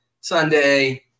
Sunday